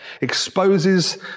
exposes